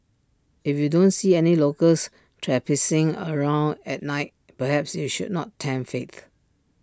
if you don't see any locals traipsing around at night perhaps you should not tempt fate